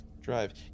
drive